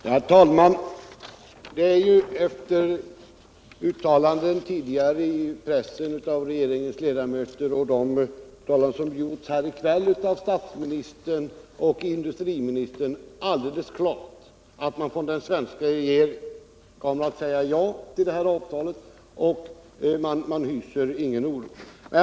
Herr talman! Det är efter tidigare uttalanden i pressen av regeringens ledamöter och anföranden av de talare som uppträtt här i kväll samt av statsministern och industriministern alldeles klart att den svenska regeringen kommer att säga ja till avtalet och förklara att man inte hyser någon oro för följderna.